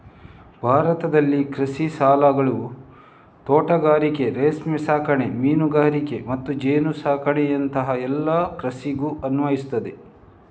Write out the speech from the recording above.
ಭಾರತದಲ್ಲಿನ ಕೃಷಿ ಸಾಲಗಳು ತೋಟಗಾರಿಕೆ, ರೇಷ್ಮೆ ಸಾಕಣೆ, ಮೀನುಗಾರಿಕೆ ಮತ್ತು ಜೇನು ಸಾಕಣೆಯಂತಹ ಎಲ್ಲ ಕೃಷಿಗೂ ಅನ್ವಯಿಸ್ತದೆ